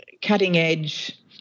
cutting-edge